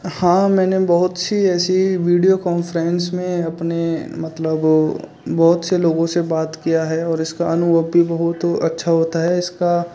हाँ मैंने बहुत सी ऐसी विडिओ कॉन्फ्रेंस में अपने मतलब बहुत से लोगों से बात किया है और इसका अनुभव भी बहुत अच्छा होता है इसका